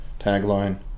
tagline